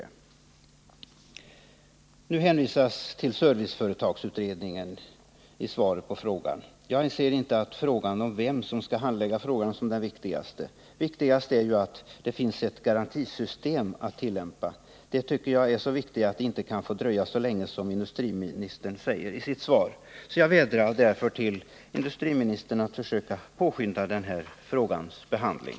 I svaret på min fråga hänvisas till serviceföretagsutredningen. Jag anser inte att frågan om vem som skall handlägga ärendet är den viktigaste. Det viktigaste är att det finns ett garantisystem att tillämpa. Det tycker jag är så viktigt att det inte kan få dröja så länge som industriministern säger i sitt svar. Jag vädjar därför till industriministern att försöka påskynda den här frågans behandling.